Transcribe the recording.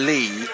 Lee